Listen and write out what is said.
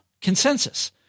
consensus